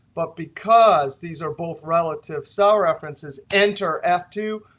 but because these are both relative cell references, enter f two,